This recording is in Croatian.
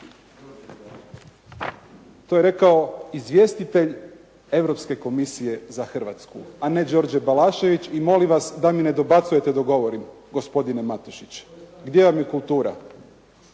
To je rekao izvjestitelj Europske komisije za Hrvatsku a ne Đorđe Balašević i molim vas da mi ne dobacujete dok govorite gospodine Matušić. Gdje vam je kultura?